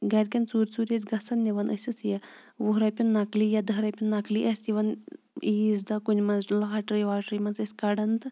گَرِکٮ۪ن ژوٗرِ ژوٗرِ ٲسۍ گژھان نِوان ٲسِس یہِ وُہ رۄپیُن نَقلی یا دہ رۄپیُن نقلی ٲسۍ یِوان عیٖز دۄہ کُنہِ منٛز چھِ لاٹری واٹری منٛز ٲسۍ کَڑان تہٕ